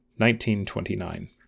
1929